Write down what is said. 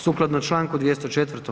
Sukladno čl. 204.